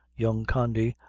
young condy,